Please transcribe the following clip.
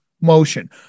motion